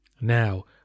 Now